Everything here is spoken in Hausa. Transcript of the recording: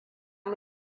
mu